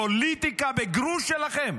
הפוליטיקה בגרוש שלכם?